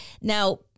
Now